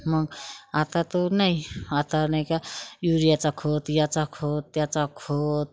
मग आता तो नाही आता नाही का युरियाचा खत याचा खत त्याचा खत